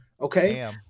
okay